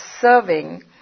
serving